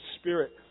spirit